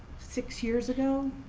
six years ago,